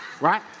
Right